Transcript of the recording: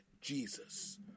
Jesus